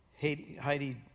Heidi